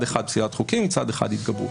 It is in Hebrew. אחד פסילת חוקים ומצד אחד התגברות.